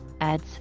adds